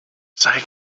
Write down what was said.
sei